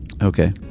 Okay